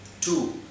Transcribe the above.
Two